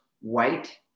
white